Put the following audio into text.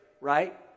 right